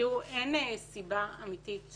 תראו, אין סיבה אמתית